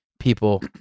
people